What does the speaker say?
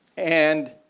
and